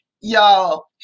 y'all